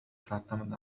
تعتمد